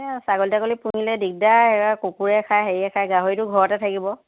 এই ছাগলী টাগলী পুহিলে দিগদাৰ কুকুৰে খাই হেৰিয়ে খাই গাহৰিটো ঘৰতে থাকিব